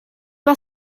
pas